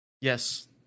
Yes